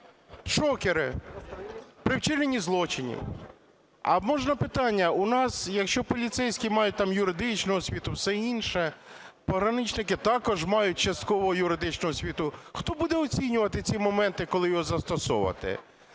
шокери при вчиненні злочинів. А можна питання? У нас, якщо поліцейські мають там юридичну освіту, все інше, пограничники також мають частково юридичну освіту. Хто буде оцінювати ці моменти, коли його застосовувати?